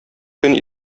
көн